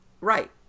right